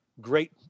great